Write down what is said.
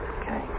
Okay